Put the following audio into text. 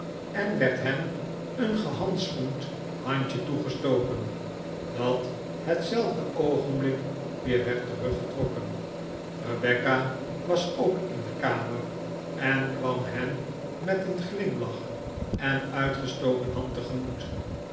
en werd hem een gehandschoend handje toegestoken dat hetzelfde oogenblik weer werd teruggetrokken rebecca was ook in de kamer en kwam hem met een glimlach en uitgestoken hand tegemoet